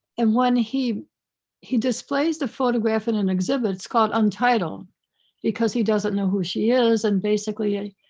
and when he he displays the photograph in an exhibit, it's called untitled because he doesn't know who she is and basically,